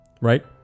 Right